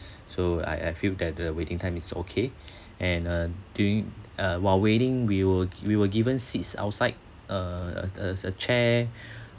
so I I feel that the waiting time is okay and uh during uh while waiting we were g~ we were given seats outside uh uh uh a chair